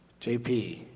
JP